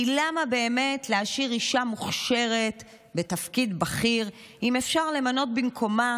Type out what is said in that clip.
כי למה באמת להשאיר אישה מוכשרת בתפקיד בכיר אם אפשר למנות במקומה